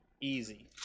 easy